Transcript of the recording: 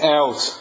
out